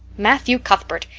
matthew cuthbert,